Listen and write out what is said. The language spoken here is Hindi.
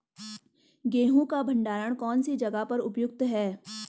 गेहूँ का भंडारण कौन सी जगह पर उपयुक्त है?